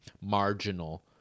marginal